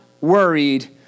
worried